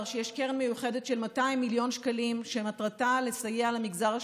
שיש קרן מיוחדת של 200 מיליון שקלים שמטרתה לסייע למגזר השלישי,